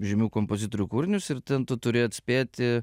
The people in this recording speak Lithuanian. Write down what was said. žymių kompozitorių kūrinius ir ten tu turi atspėti